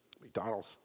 McDonald's